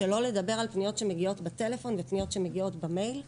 שלא לדבר על פניות שמגיעות בטלפון ופניות שמגיעות במייל.